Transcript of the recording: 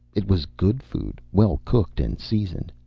it was good food, well cooked and seasoned.